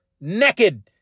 naked